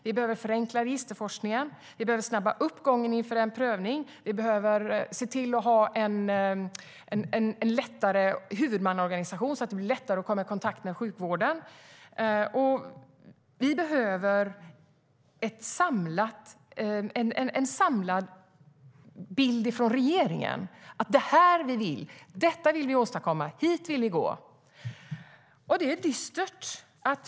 Vi behöver förenkla registerforskningen, vi behöver snabba upp gången inför en prövning och vi behöver se till att vi får en enklare huvudmannaorganisation så att det blir lättare att komma i kontakt med sjukvården. Vi behöver få en samlad bild från regeringen: Det är det här vi vill, detta vill vi åstadkomma, hit vill vi gå. Det är dystert.